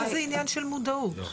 זה עניין של מודעות.